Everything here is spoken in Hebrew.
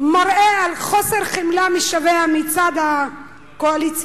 מראה על חוסר חמלה משווע מצד הקואליציה.